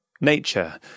nature